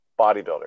bodybuilder